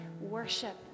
worship